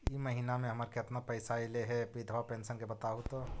इ महिना मे हमर केतना पैसा ऐले हे बिधबा पेंसन के बताहु तो?